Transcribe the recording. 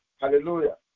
Hallelujah